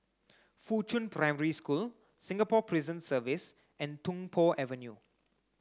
Fuchun Primary School Singapore Prison Service and Tung Po Avenue